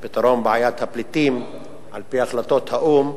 ופתרון בעיית הפליטים על-פי החלטות האו"ם,